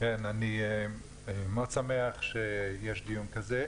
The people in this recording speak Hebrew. אני מאוד שמח שיש דיון כזה.